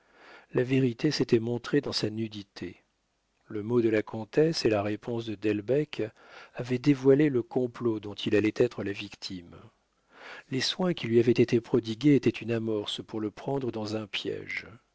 la vérité s'était montrée dans sa nudité le mot de la comtesse et la réponse de delbecq avaient dévoilé le complot dont il allait être la victime les soins qui lui avaient été prodigués étaient une amorce pour le prendre dans un piége